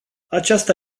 aceasta